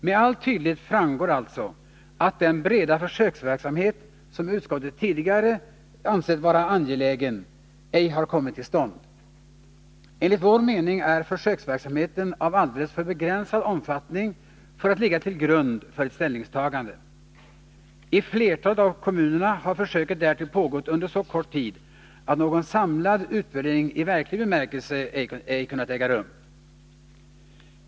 Med all tydlighet framgår alltså att den breda försöksverksamhet som utskottet tidigare ansett vara angelägen ej har kommit till stånd. Enligt vår mening är försöksverksamheten av alldeles för begränsad omfattning för att ligga till grund för ett ställningstagande. I flertalet av kommunerna har försöket därtill pågått under så kort tid att någon samlad utvärdering i verklig bemärkelse ej kunnat äga rum.